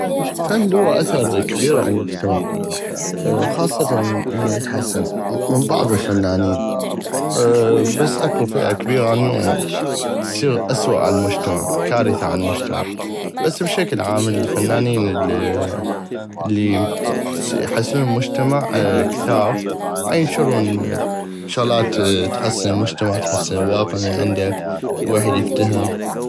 الفن لو اثر كبير عند المجتمع خاصة انو يتحسن من بعض الفنانين بس اكو فئة كبيغة انو تصيغ اسوء على المجتمع كارثة على المجتمع بس بشكل عام الفنانين ال الي يحسنون المجتمع كثاغ عينشرون شغلات وتحسن المجتمع تحسن الواقع من عندك ويحد يفتهم.